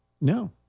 No